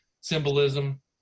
symbolism